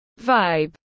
vibe